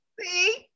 See